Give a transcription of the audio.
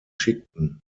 schickten